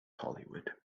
hollywood